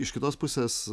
iš kitos pusės